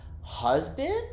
husband